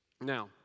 Now